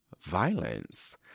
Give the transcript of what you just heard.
violence